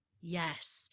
Yes